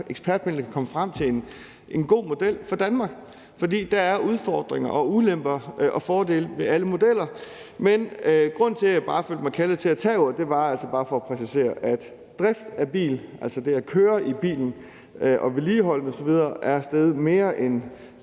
ekspertpanelet kan komme frem til en god model for Danmark, for der er udfordringer og ulemper og fordele ved alle modeller. Men grunden til, at jeg følte mig kaldet til at tage ordet, var altså bare for at præcisere, at drift af bil, altså det at køre i bilen og vedligeholde den osv., er steget mere end